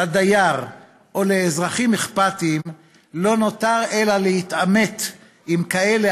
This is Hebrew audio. לדייר או לאזרחים אכפתיים לא נותר אלא להתעמת עם כאלה